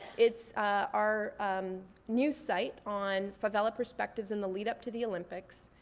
it's our news site on favela perspectives in the leadup to the olympics.